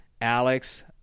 Alex